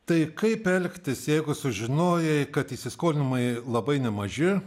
tai kaip elgtis jeigu sužinojai kad įsiskolinimai labai nemaži